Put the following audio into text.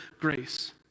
grace